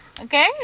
Okay